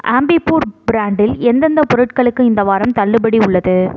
ஆம்பிப்பூர் பிராண்டில் எந்தெந்தப் பொருட்களுக்கு இந்த வாரம் தள்ளுபடி உள்ளது